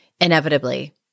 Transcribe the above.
inevitably